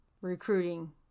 recruiting